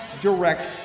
Direct